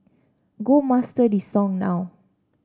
go master this song now